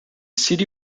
city